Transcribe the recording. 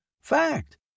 Fact